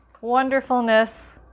wonderfulness